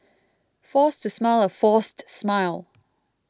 force to smile a forced smile